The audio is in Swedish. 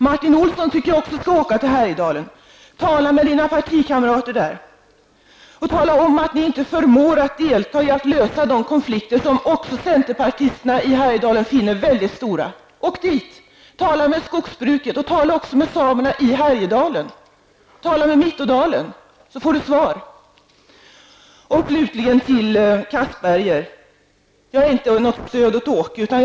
Jag tycker att även Martin Olsson skall åka till Härjedalen och tala med sina partikamrater där och tala om att ni inte förmår delta i att lösa de konflikter som också centerpartisterna i Härjedalen finner mycket stora. Åk dit, tala med skogsbrukarna och tala också med samerna i Härjedalen! Tala med befolkningen i Mittådalen, för att få svar! Slutligen vill jag till Anders Castberger säga att jag inte är något stöd åt Åke Selberg.